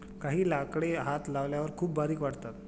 काही लाकडे हात लावल्यावर खूप बारीक वाटतात